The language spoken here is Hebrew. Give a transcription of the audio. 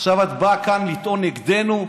עכשיו את באה כאן לטעון נגדנו?